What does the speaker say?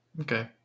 Okay